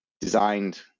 designed